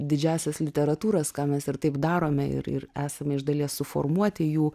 didžiąsias literatūras ką mes ir taip darome ir ir esame iš dalies suformuoti jų